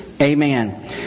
Amen